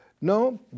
No